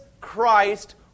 Christ